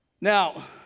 Now